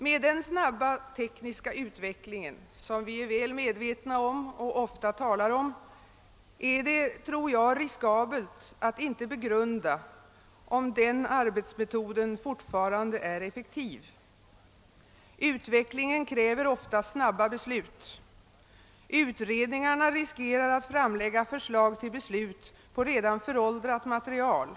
Med den snabba tekniska utvecklingen, som vi är väl medvetna om och ofta talar om, är det riskabelt att inte begrunda, om denna arbetsmetod fortfarande är effektiv. Utvecklingen kräver ofta snabba beslut. Utredningarna riskerar att framlägga förslag till beslut på redan föråldrat material.